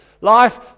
Life